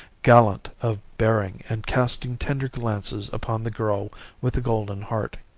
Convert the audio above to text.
gallant of bearing and casting tender glances upon the girl with the golden heart.